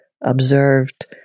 observed